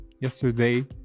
yesterday